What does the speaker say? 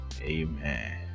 Amen